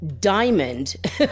diamond